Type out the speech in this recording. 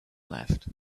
left